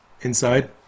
inside